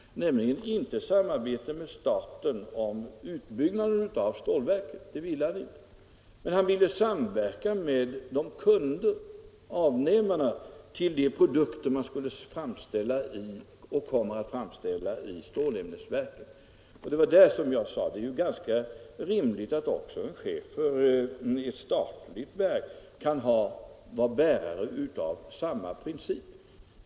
Han ville inte ha ett samarbete med staten i fråga om utbyggnaden av stålverket, men han ville samverka med avnämarna av de produkter man kommer att framställa i stålämnesverket. Jag sade att det är ganska rimligt att en chef för ett statligt verk kan vara bärare av samma princip.